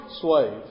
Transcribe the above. slave